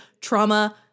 trauma